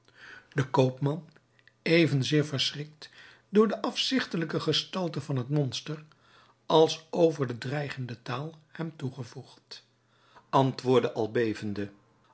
de koopman evenzeer verschrikt door de afzigtelijke gestalte van het monster als over de dreigende taal hem toegevoegd antwoordde al bevende